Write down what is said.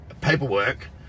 paperwork